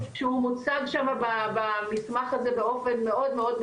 שהוא מוצג שמה במסמך הזה באופן מאוד,